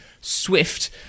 swift